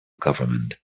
government